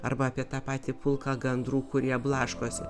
arba apie tą patį pulką gandrų kurie blaškosi